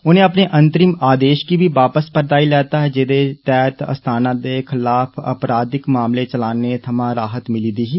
उनें अपने अंतरिम आदेष गी बी वापस परताई लैता ऐ जेह्दे तैहत अस्थाना दे खिलाफ अपराधिक मामले चलाने थमां राहत मिली दी ही